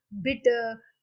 bitter